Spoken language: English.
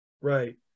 Right